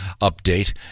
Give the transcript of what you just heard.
update